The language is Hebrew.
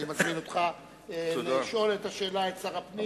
אני מזמין אותך לשאול את שר הפנים.